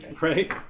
Right